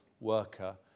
worker